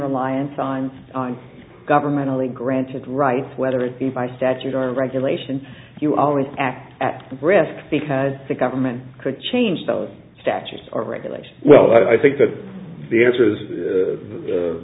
reliance on on government only granted rights whether it be by statute are regulation you always act at risk because the government could change the statute or regulation well but i think that the answer is